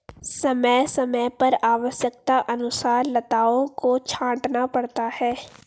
समय समय पर आवश्यकतानुसार लताओं को छांटना पड़ता है